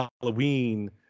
Halloween